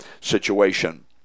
situation